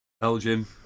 Belgium